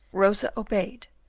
rosa obeyed,